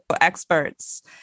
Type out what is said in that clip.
experts